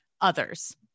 others